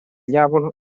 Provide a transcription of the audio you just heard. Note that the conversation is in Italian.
diavolo